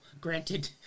granted